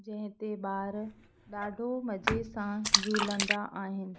जंहिं ते ॿार ॾाढो मज़े सां झूलंदा आहिनि